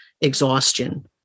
exhaustion